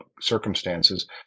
circumstances